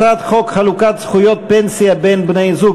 הצעת חוק חלוקת זכויות פנסיה בין בני-זוג,